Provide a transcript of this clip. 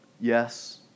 Yes